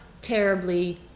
terribly